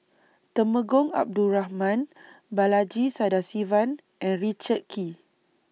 Temenggong Abdul Rahman Balaji Sadasivan and Richard Kee